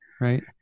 right